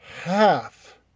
half